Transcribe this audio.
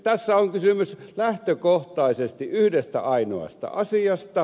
tässä on kysymys lähtökohtaisesti yhdestä ainoasta asiasta